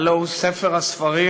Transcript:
הלוא הוא ספר הספרים,